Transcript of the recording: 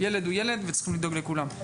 ילד הוא ילד, וצריך לדאוג לכולם.